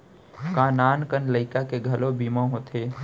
का नान कन लइका के घलो बीमा होथे?